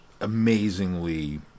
amazingly